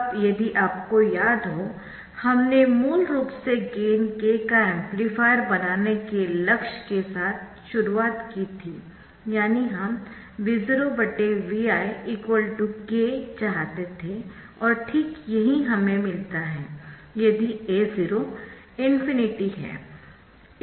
अब यदि आपको याद हो हमने मूल रूप से गेन k का एम्पलीफायर बनाने के लक्ष्य के साथ शुरुआत की थी यानी हम V0 Vi k चाहते थे और ठीक यही हमें मिलता है यदि A0 ∞ है